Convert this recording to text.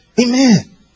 Amen